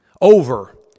over